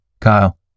Kyle